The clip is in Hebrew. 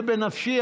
זה בנפשי.